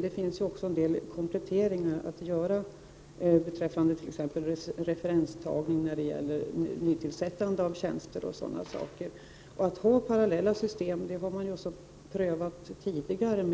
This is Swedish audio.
Det finns ju också en del kompletteringar att göra beträffande t.ex. referenstagning när det gäller nytillsättande av tjänster. 171 Parallella system har man prövat tidigare när